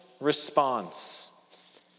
response